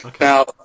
Now